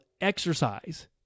exercise